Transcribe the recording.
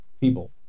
people